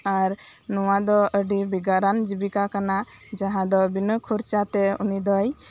ᱟᱨ ᱱᱚᱣᱟ ᱫᱚ ᱟᱹᱰᱤ ᱵᱷᱮᱜᱟᱨᱟᱱ ᱡᱤᱵᱤᱠᱟ ᱠᱟᱱᱟ ᱡᱟᱦᱟᱸ ᱫᱚ ᱵᱤᱱᱟᱹ ᱠᱷᱚᱨᱪᱟ ᱛᱮ ᱩᱱᱤ ᱫᱚᱭ